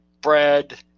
bread